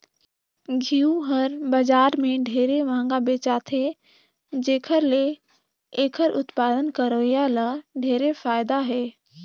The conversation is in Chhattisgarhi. घींव हर बजार में ढेरे मंहगा बेचाथे जेखर ले एखर उत्पादन करोइया ल ढेरे फायदा हे